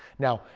now,